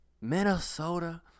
Minnesota